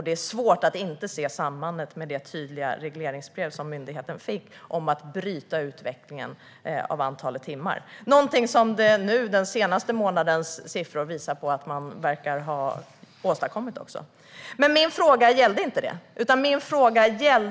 Det är svårt att inte se ett samband med det tydliga regleringsbrev som myndigheten fick om att bryta utvecklingen av antalet timmar - något som den senaste månadens siffror visar att man också verkar ha åstadkommit. Men min fråga gällde inte detta.